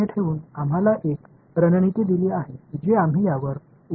எனவே உங்களுக்கு அங்கிருக்கும் n தெரியாது எனக்கு n சமன்பாடுகள் தேவை